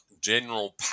general